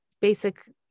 basic